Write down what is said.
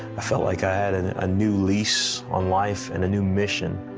i felt like i had and a new lease on life and a new mission.